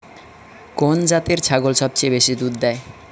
কোন জাতের ছাগল সবচেয়ে বেশি দুধ দেয়?